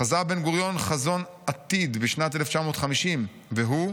חזה בן-גוריון חזון עתיד בשנת 1950, והוא: